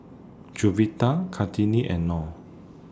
Juwita Kartini and Noh